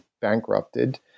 bankrupted